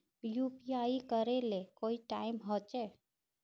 UPI करे ले कोई टाइम होचे?